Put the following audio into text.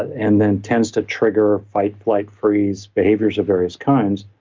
and then tends to trigger fight, flight, freeze behaviors of various kinds.